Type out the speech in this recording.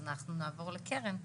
אז אנחנו נעבור לקרן,